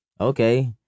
okay